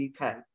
UK